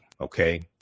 Okay